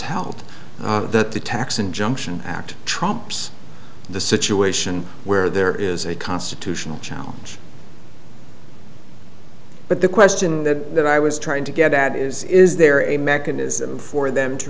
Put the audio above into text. held that the tax injunction act trumps the situation where there is a constitutional challenge but the question that i was trying to get at is is there a mechanism for them to